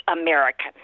American